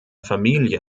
familie